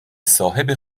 صاحب